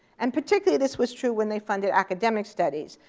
and particularly this was true when they funded academic studies.